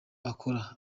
akora